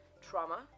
trauma